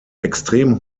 extrem